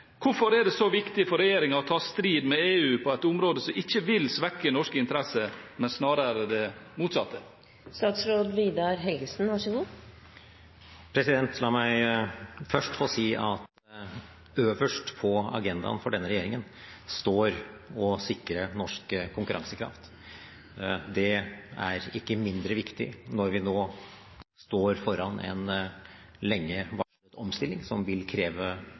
Hvorfor er det så viktig for regjeringen å ta strid med EU på et område som ikke vil svekke norske interesser, men snarere det motsatte? La meg først få si at øverst på agendaen for denne regjeringen står å sikre norsk konkurransekraft. Det er ikke mindre viktig når vi nå står foran en lenge varslet omstilling som vil kreve